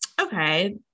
okay